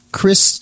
Chris